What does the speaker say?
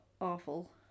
awful